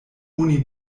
oni